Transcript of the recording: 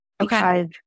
Okay